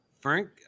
frank